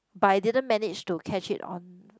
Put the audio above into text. but I didn't manage to catch it on